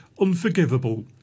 unforgivable